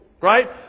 right